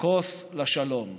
כוס לשלום".